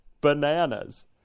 bananas